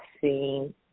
seen